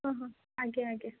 ହଁ ହଁ ଆଜ୍ଞା ଆଜ୍ଞା